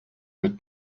mit